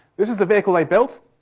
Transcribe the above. this is the vehicle they built.